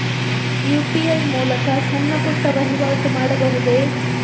UPI ಮೂಲಕ ಸಣ್ಣ ಪುಟ್ಟ ವಹಿವಾಟು ಮಾಡಬಹುದೇ?